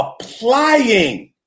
applying